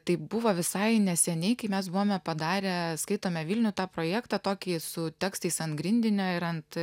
tai buvo visai neseniai kai mes buvome padarę skaitome vilnių tą projektą tokį su tekstais ant grindinio ir ant